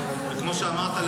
וכמו שאמרת,